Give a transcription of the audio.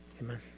Amen